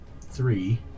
three